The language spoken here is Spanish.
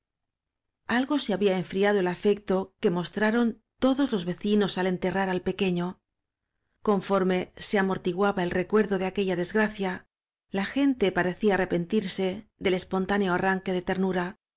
algo se había enfriado el afecto que mos traron todos los vecinos al enterrar al peque ño conforme se amortiguaba el recuerdo de aquella desgracia la gente parecía arrepen tirse del expontáneo arranque de ternura